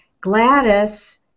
Gladys